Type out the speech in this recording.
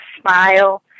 smile